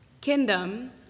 Kingdom